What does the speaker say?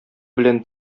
белән